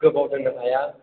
गोबाव दोननो हाया